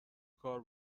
کار